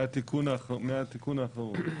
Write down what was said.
מהתיקון האחרון.